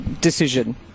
decision